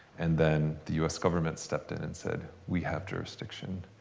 and then the us government stepped in and said, we have jurisdiction.